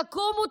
תקומו,